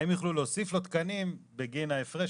האם יוכלו להוסיף לו תקנים בגין ההפרש,